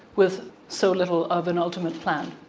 with so little of an ultimate plan.